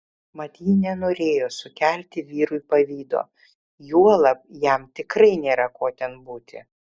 mat ji nenorėjo sukelti vyrui pavydo juolab jam tikrai nėra ko ten būti